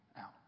out